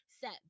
set